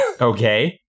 Okay